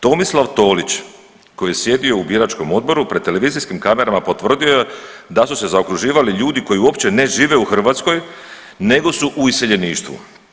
Tomislav Tolić koji je sjedio u biračkom odboru pred televizijskim kamerama potvrdio je da su se zaokruživali ljudi koji uopće ne žive u Hrvatskoj nego su u iseljeništvu.